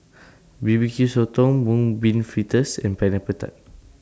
B B Q Sotong Mung Bean Fritters and Pineapple Tart